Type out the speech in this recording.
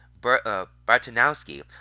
Bartanowski